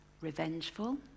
revengeful